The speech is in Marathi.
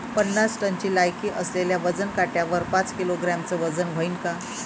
पन्नास टनची लायकी असलेल्या वजन काट्यावर पाच किलोग्रॅमचं वजन व्हईन का?